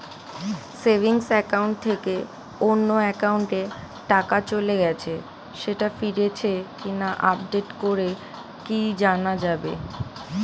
Savings account থেকে অন্য একাউন্টে টাকা চলে গেছে সেটা ফিরেছে কিনা আপডেট করে কি জানা যাবে?